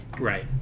right